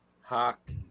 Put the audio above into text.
Hawk